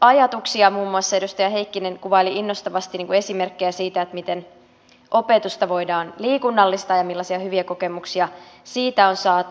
muun muassa edustaja heikkinen kuvaili innostavasti esimerkkejä siitä miten opetusta voidaan liikunnallistaa ja millaisia hyviä kokemuksia siitä on saatu